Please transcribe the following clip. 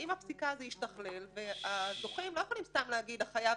עם הפסיקה זה השתכלל והזוכים לא יכולים סתם להגיד "החייב